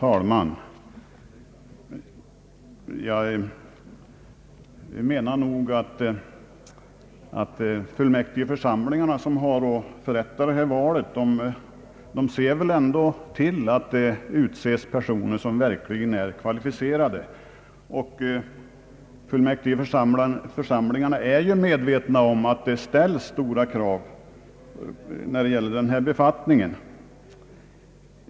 Herr talman! De fullmäktigeförsamlingar som har att förrätta detta val ser väl ändå till att det utses personer som verkligen är kvalificerade. De är medvetna om att det ställs stora krav när det gäller denna befattning.